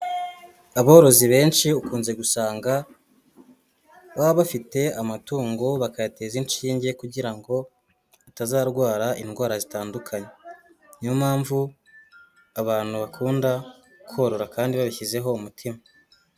Aborozi benshi ukunze gusanga baba bafite amatungo bakayateza inshinge kugira ngo atazarwara indwara zitandukanye, ni yo mpamvu abantu bakunda korora kandi babishyizeho umutima.